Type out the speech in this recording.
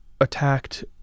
attacked